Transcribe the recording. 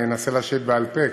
אני אנסה להשיב בעל פה,